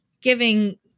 giving